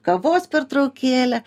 kavos pertraukėlė